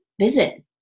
visit